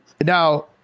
Now